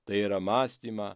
tai yra mąstymą